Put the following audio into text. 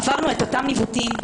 עברנו את אותם ניווטים,